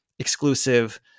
exclusive